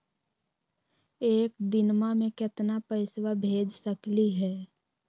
एक दिनवा मे केतना पैसवा भेज सकली हे?